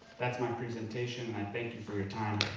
that's my presentation, i thank you for your time.